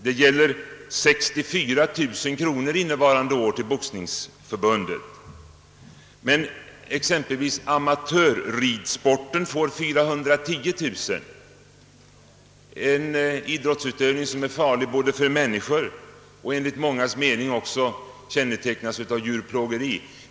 Det utbetalas 64 000 kronor innevarande år till Boxningsförbundet, medan exempelvis amatörridsporten får 410 000 kronor — en idrottsutövning som kan vara farlig för människor och som enligt mångas mening också kännetecknas av djurplågeri.